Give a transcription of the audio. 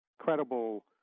credible